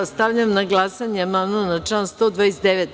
Stavljam na glasanje amandman na član 129.